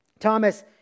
Thomas